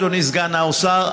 אדוני סגן שר האוצר,